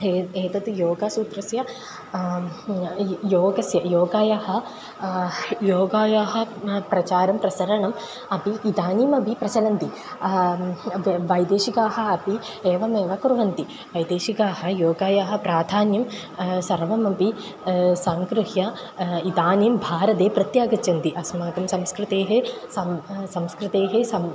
ए एतत् योगसूत्रस्य योगस्य योगायाः योगायाः प्रचारं प्रसारणम् अपि इदानीमपि प्रचलन्ति वे वैदेशिकाः अपि एवमेव कुर्वन्ति वैदेशिकाः योगस्य प्राधान्यं सर्वमपि सङ्गृह्य इदानीं भारते प्रत्यागच्छन्ति अस्माकं संस्कृतेः सं संस्कृतेः सं